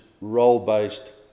role-based